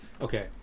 Okay